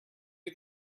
you